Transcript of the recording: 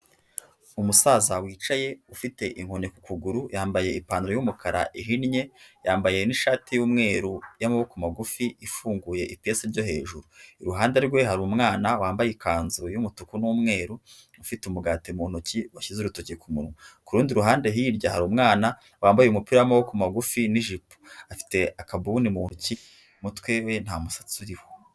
Umusaza wicaye ufite inkoni ku kuguru yambaye ipantaro y'umukara ihinnye yambaye n'ishati y'umweru y'amaboko magufi ifunguye ipesi ryo hejuru, iruhande rwe har' umwana wambaye ikanzu y'umutuku n'umweru ufite umugati mu ntoki washyize urutoki ku munwa, kurundi ruhande hirya har'umwana wambaye umupira w'amaboko magufi n'ijipo, afite akabuni mu ntoki ,umutwe we nta musatsi uriho.